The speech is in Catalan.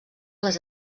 les